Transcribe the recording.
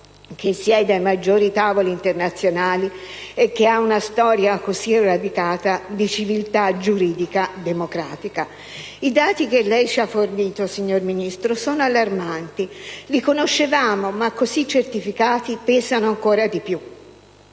che siede ai maggiori tavoli internazionali e che ha una storia cosi radicata di civiltà giuridica democratica. I dati che lei ci ha fornito, signor Ministro, sono allarmanti. Li conoscevamo, ma così certificati pesano ancora di più.